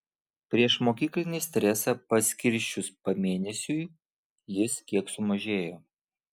priešmokyklinį stresą paskirsčius pamėnesiui jis kiek sumažėjo